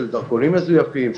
של דרכונים מזויפים,